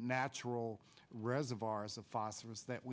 natural reservoirs of phosphorous that